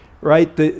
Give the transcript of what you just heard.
right